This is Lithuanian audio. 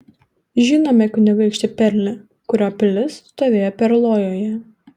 žinome kunigaikštį perlį kurio pilis stovėjo perlojoje